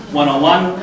one-on-one